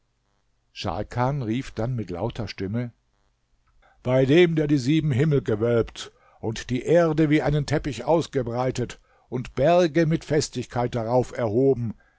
scharkan rief dann mit lauter stimme bei dem der die sieben himmel gewölbt und die erde wie einen teppich ausgebreitet und berge mit festigkeit darauf erhoben